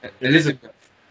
Elizabeth